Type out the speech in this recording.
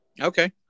Okay